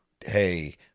hey